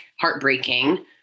heartbreaking